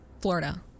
Florida